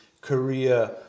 korea